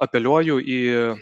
apeliuoju į